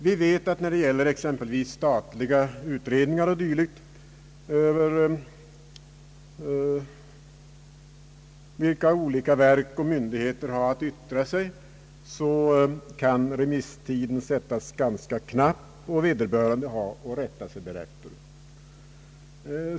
Vi vet att remisstiden kan bli ganska knapp för olika verk och myndigheter som skall yttra sig över exempelvis statliga utredningar o. d., och vederbörande har att rätta sig därefter.